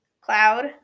Cloud